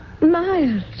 Miles